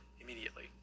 immediately